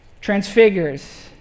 transfigures